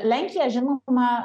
lenkija žinoma